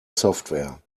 software